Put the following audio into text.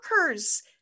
workers